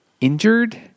injured